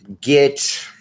get